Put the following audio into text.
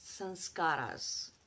sanskaras